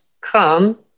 come